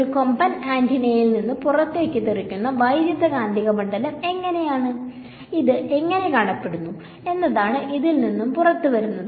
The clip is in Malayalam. ഒരു ഹോൺ ആന്റിനയിൽ നിന്ന് പുറത്തേക്ക് തെറിക്കുന്ന വൈദ്യുതകാന്തിക മണ്ഡലം എങ്ങനെയാണ് ഇത് എങ്ങനെ കാണപ്പെടുന്നു എന്നതാണ് ഇതിൽ നിന്ന് പുറത്തുവരുന്നത്